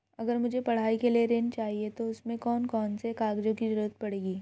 अगर मुझे पढ़ाई के लिए ऋण चाहिए तो उसमें कौन कौन से कागजों की जरूरत पड़ेगी?